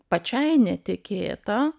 pačiai netikėta